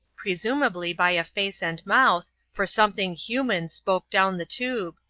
presumably by a face and mouth, for something human spoke down the tube,